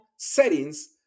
Settings